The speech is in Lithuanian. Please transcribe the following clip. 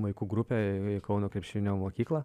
vaikų grupę kauno krepšinio mokyklą